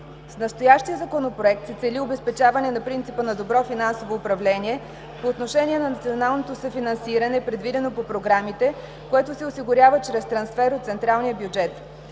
С настоящия Законопроект се цели обезпечаване на принципа на добро финансово управление по отношение и на националното съфинансиране, предвидено по програмите, което се осигурява чрез трансфер от централния бюджет.